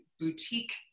boutique